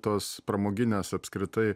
tos pramoginės apskritai